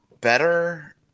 Better